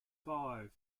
five